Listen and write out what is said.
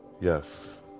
yes